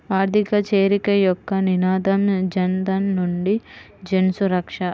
ఆర్థిక చేరిక యొక్క నినాదం జనధన్ నుండి జన్సురక్ష